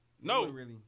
No